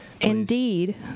Indeed